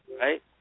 right